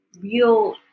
real